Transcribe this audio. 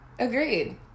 Agreed